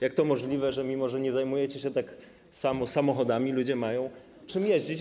Jak to możliwe, że mimo że nie zajmujecie się tak samo samochodami, ludzie mają czym jeździć?